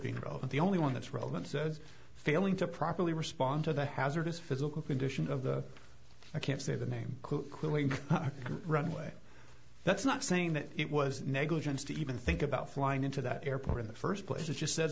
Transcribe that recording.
relevant the only one that's relevant says failing to properly respond to the hazardous physical condition of the i can't say the name could clearly runway that's not saying that it was negligence to even think about flying into that airport in the first place it just sa